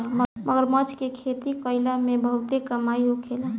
मगरमच्छ के खेती कईला में बहुते कमाई होखेला